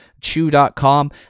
chew.com